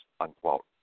unquote